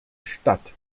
statt